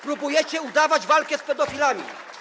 Próbujecie udawać walkę z pedofilami.